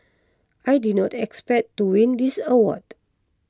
I did not expect to win this award